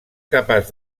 capaç